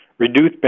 Reduce